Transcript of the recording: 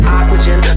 oxygen